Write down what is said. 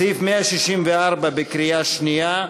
סעיף 164 בקריאה שנייה,